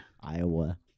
Iowa